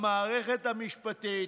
המערכת המשפטית,